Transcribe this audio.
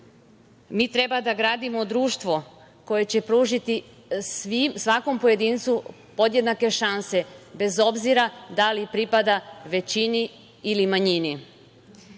treba da gradimo društvo koje će pružiti svakom pojedincu podjednake šanse, bez obzira da li pripada većini ili manjini.